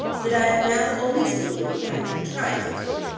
that i am now only speaking of what i have tried to do.